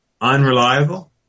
Unreliable